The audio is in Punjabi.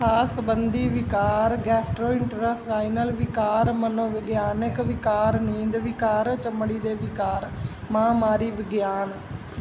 ਸਾਹ ਸੰਬੰਧੀ ਵਿਕਾਰ ਗੈਸਟਰੋਇੰਟੇਸਟਾਈਨਲ ਵਿਕਾਰ ਮਨੋਵਿਗਿਆਨਕ ਵਿਕਾਰ ਨੀਂਦ ਵਿਕਾਰ ਚਮੜੀ ਦੇ ਵਿਕਾਰ ਮਹਾਂਮਾਰੀ ਵਿਗਿਆਨ